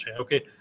Okay